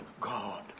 God